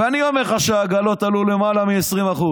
ואני אומר לך שהעגלות עלו בלמעלה מ-20%.